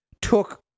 took